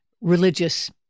religious